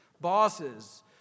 bosses